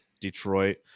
Detroit